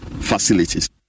Facilities